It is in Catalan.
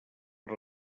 per